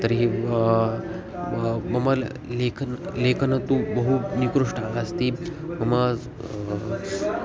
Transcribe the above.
तर्हि मम लेखनं लेखनं तु बहु निकृष्टः अस्ति मम